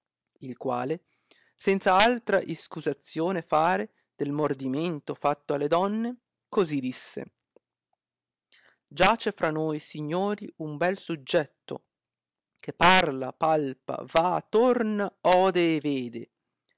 il quale senza altra iscusazione fare del mordimento fatto delle donne così disse giace fra noi signori un bel suggetto che parla palpa va torna ode e vede